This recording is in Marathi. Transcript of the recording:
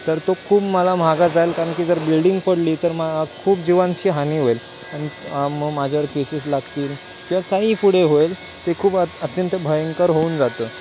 तर तो खूप मला महागात जाईल कारण की जर बिल्डिंग पडली तर मा खूप जीवांची हानी होईल आणि म माझ्यावर केसेस लागतील किंवा काही पुढे होईल ते खूप अत अत्यंत भयंकर होऊन जाते